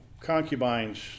concubines